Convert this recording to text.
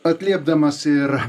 atliepdamas ir